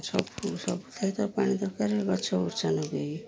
ସବୁ ସବୁଠେଇ ତ ପାଣି ଦରକାର ଗଛଫଛରେ ବି